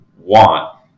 want